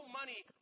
money